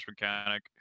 mechanic